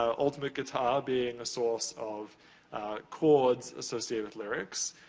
ultimate guitar being a source of chords associated with lyrics.